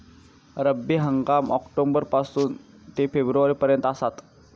रब्बी हंगाम ऑक्टोबर पासून ते फेब्रुवारी पर्यंत आसात